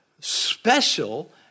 special